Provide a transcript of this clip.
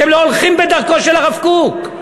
אתם לא הולכים בדרכו של הרב קוק,